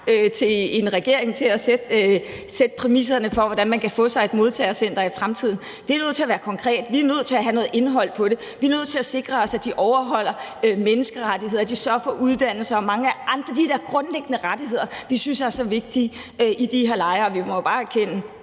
sådan fri ret til at fastsætte præmisserne for, hvordan man kan få et modtagecenter i fremtiden. Det er nødt til at være konkret. Vi er nødt til at have noget indhold i forhold til det. Vi nødt til at sikre os, at de overholder menneskerettigheder, at de sørger for uddannelse og mange af de der grundlæggende rettigheder, som vi synes er så vigtige, i de her lejre. Og vi må jo bare erkende,